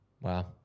Wow